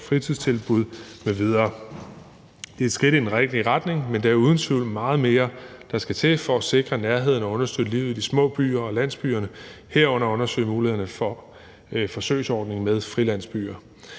fritidstilbud m.v. Det er et skridt i den rigtige retning, men det er uden tvivl meget mere, der skal til for at sikre nærheden og understøtte livet i de små byer og landsbyerne, herunder undersøge mulighederne for forsøgsordning med frilandsbyer.